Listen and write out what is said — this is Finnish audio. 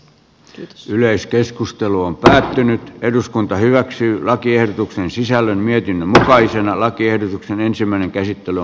kiitos yleiskeskustelu on päättynyt eduskunta hyväksyy lakiehdotuksen sisällön mietimme takaisin lakiehdotuksen ensimmäinen käsittely